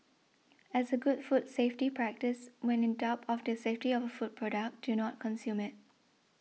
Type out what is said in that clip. as a good food safety practice when in doubt of the safety of a food product do not consume it